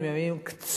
הם ימים קצרים,